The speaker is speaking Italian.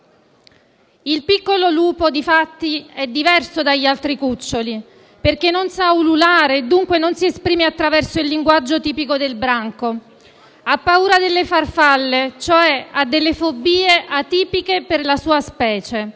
Il piccolo lupo di fatto è diverso dagli altri cuccioli, perché non sa ululare e dunque non si esprime attraverso il linguaggio tipico del branco; ha paura delle farfalle, cioè ha delle fobie atipiche per la sua specie;